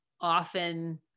often